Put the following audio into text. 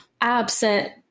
absent